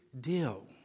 deal